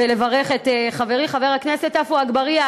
ולברך את חברי חבר הכנסת עפו אגבאריה.